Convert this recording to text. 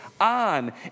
on